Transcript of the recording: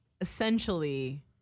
essentially